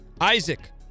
Isaac